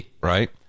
right